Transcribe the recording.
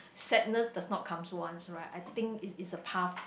sadness does not comes once right I think it is a path